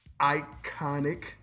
iconic